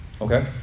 okay